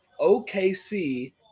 OKC